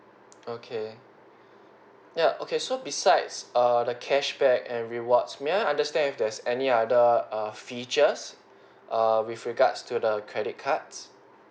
okay ya okay so besides err the cashback and rewards may I understand if there's any other err features err with regards to the credit cards